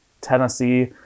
Tennessee